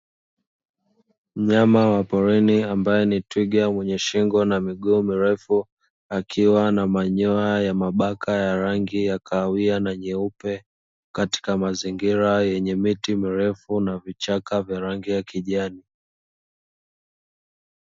Mnyama wa porini ambae ni twiga mwenye shingo na miguu mirefu akiwa na manyoya ya mabaka ya rangi ya kahawia na nyeupe ,katika mazingira yenye miti mirefu na vichaka vyenye rangi ya kijani.